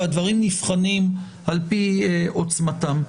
והדברים נבחנים על פי עוצמתם.